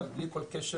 אבל בלי כל קשר,